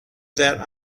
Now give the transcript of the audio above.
that